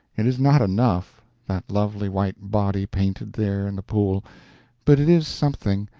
it is not enough that lovely white body painted there in the pool but it is something,